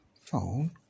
Phone